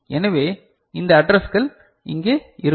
எனவே இந்த அட்ரஸ்கள் இங்கே இருக்கும்